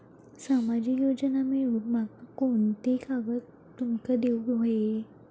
सामाजिक योजना मिलवूक माका कोनते कागद तुमका देऊक व्हये?